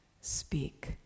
speak